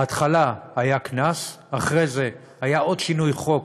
בהתחלה היה קנס, אחרי זה היה עוד שינוי חוק,